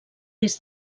des